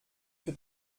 für